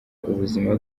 ubuzima